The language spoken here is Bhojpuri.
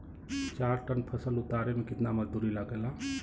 चार टन फसल उतारे में कितना मजदूरी लागेला?